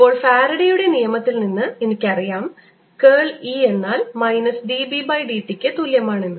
ഇപ്പോൾ ഫാരഡെയുടെ നിയമത്തിൽ നിന്ന് എനിക്കറിയാം കേൾ E എന്നാൽ മൈനസ് dB by dt ക്ക് തുല്യമാണെന്ന്